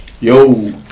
Yo